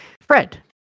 Fred